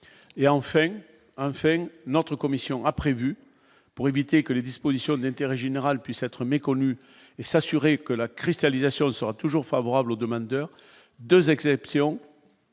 a en fait un fait notre commission a prévu pour éviter que les dispositions de l'intérêt général puisse être méconnue et s'assurer que la cristallisation sera toujours favorable aux demandeurs, 2 exceptions